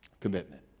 Commitment